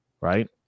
right